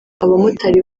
abamotari